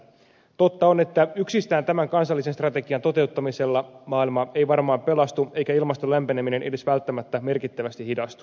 totta on että yksistään tämän kansallisen strategian toteuttamisella maailma ei varmaan pelastu eikä ilmaston lämpeneminen edes välttämättä merkittävästi hidastu